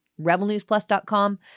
Rebelnewsplus.com